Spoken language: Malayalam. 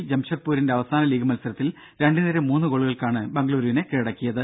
സിയെ ജംഷഡ്പൂരിന്റെ അവസാന ലീഗ് മത്സരത്തിൽ രണ്ടിനെതിരെ മൂന്ന് ഗോളുകൾക്കാണ് ബംഗുളൂരുവിനെ കീഴടക്കിയത്